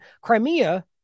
Crimea